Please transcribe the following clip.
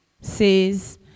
says